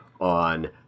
on